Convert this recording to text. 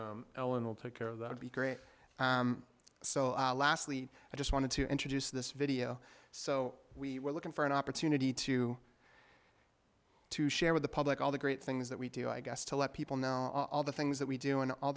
ellen will take care of that would be great so lastly i just wanted to introduce this video so we were looking for an opportunity to to share with the public all the great things that we do i guess to let people know all the things that we do and all